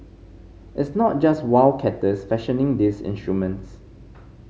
it's not just wildcatters fashioning these instruments